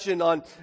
on